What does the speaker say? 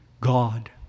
God